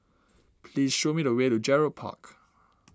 please show me the way to Gerald Park